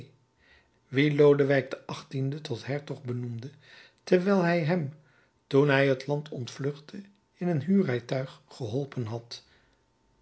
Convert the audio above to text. wien lodewijk xviii tot hertog benoemde wijl hij hem toen hij het land ontvluchtte in een huurrijtuig geholpen had